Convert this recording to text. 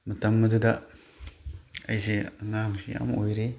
ꯃꯇꯝ ꯑꯗꯨꯗ ꯑꯩꯁꯤ ꯑꯉꯥꯡ ꯌꯥꯝ ꯑꯣꯏꯔꯤ